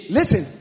Listen